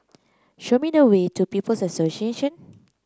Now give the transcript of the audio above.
show me the way to People's Association